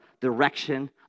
direction